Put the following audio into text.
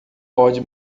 pode